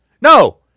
No